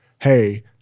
Hey